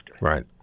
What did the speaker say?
Right